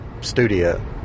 studio